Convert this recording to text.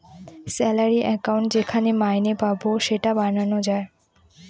salary account যেখানে মাইনে পাবো সেটা বানানো যায়